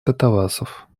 катавасов